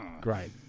Great